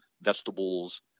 vegetables